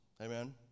Amen